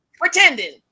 Pretending